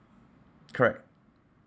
correct